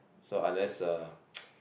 so unless uh